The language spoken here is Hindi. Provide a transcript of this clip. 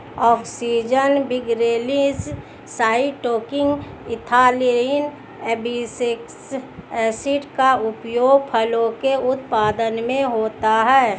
auxin, gibberellins, cytokinin, ethylene, abscisic acid का उपयोग फलों के उत्पादन में होता है